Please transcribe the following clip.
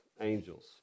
angels